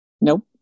Nope